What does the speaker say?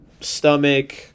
stomach